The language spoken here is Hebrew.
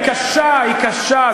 היא קשה, היא קשה.